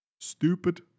stupid